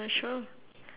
sure